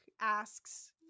asks